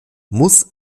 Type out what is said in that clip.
muss